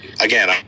again